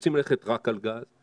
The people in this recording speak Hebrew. רוצים ללכת רק על גז?